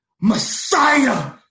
Messiah